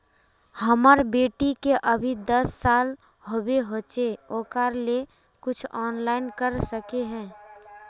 हमर बेटी के अभी दस साल होबे होचे ओकरा ले कुछ ऑनलाइन कर सके है?